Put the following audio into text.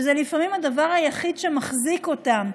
זה לפעמים הדבר היחיד שמחזיק אותם,